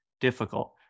difficult